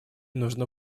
нужно